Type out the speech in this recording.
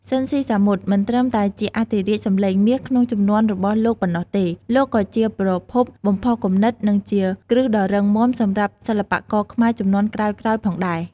ស៊ីន ស៊ីសាមុត មិនត្រឹមតែជាអធិរាជសម្លេងមាសក្នុងជំនាន់របស់លោកប៉ុណ្ណោះទេ លោកក៏ជាប្រភពបំផុសគំនិត និងជាគ្រឹះដ៏រឹងមាំសម្រាប់សិល្បករខ្មែរជំនាន់ក្រោយៗផងដែរ ។